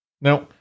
now